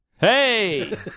hey